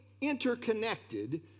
interconnected